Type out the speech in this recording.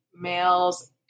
males